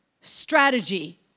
strategy